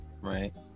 right